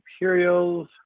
Imperials